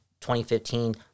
2015